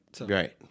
Right